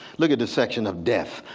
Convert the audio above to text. look at the section of death.